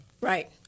Right